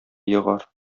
егар